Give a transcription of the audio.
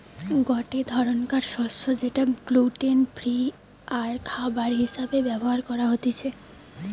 গটে ধরণকার শস্য যেটা গ্লুটেন ফ্রি আরখাবার হিসেবে ব্যবহার হতিছে